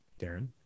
Darren